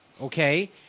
okay